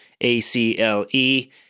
A-C-L-E